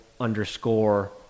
underscore